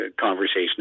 conversation